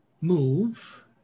move